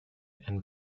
and